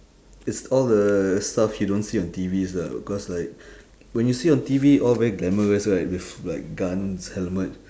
it's all the stuff you don't see on T_Vs lah because like when you see on T_V all very glamorous right with like guns helmet